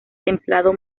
templado